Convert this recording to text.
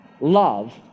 love